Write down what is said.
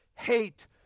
hate